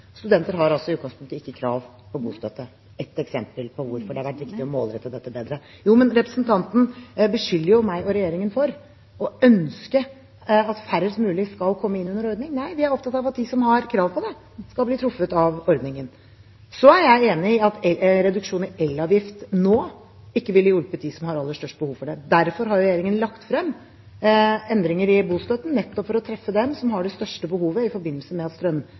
studenter ble stoppet. Studenter har i utgangspunktet ikke krav på bostøtte – et eksempel på hvorfor det har vært riktig å målrette dette bedre. Representanten beskylder meg og regjeringen for å ønske at færrest mulig skal komme inn under ordningen. Nei, vi er opptatt av at de som har krav på det, skal bli truffet av ordningen. Jeg er enig i at en reduksjon i elavgift nå ikke ville hjulpet dem som har aller størst behov for det. Derfor har regjeringen lagt frem endringer i bostøtten, nettopp for å treffe dem som har det største behovet i forbindelse med at